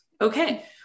Okay